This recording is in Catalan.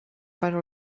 però